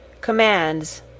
Commands